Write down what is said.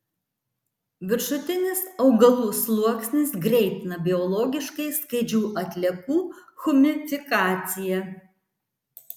viršutinis augalų sluoksnis greitina biologiškai skaidžių atliekų humifikaciją